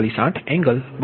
0478 angle 220